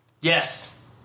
Yes